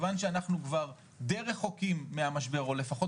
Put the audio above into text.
כיוון שאנחנו כבר די רחוקים מהמשבר או לפחות